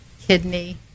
kidney